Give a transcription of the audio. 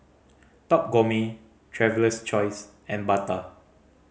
Top Gourmet Traveler's Choice and Bata